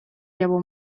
białą